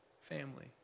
family